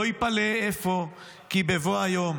לא ייפלא אפוא כי בבוא היום